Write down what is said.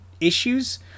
issues